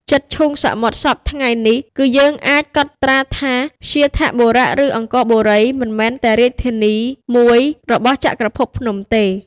ជិតឈូងសមុទ្រសព្វថ្ងៃនេះ គឺយើងអាចកត់ត្រាថា វ្យាធបុរៈ ឬ អង្គរបូរីមិនមែនតែ រាជធានីមួយរបស់ចក្រភពភ្នំទេ ។